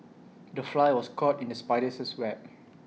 the fly was caught in the spider's web